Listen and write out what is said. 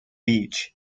beach